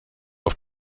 auf